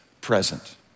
present